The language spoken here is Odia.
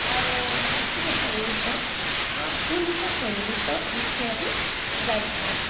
ଆଉ ଶାସ୍ତ୍ରୀୟ ସଙ୍ଗୀତ ଆଧୁନିକ ସଙ୍ଗୀତ ଇତ୍ୟାଦି ଗାଇଥାଏ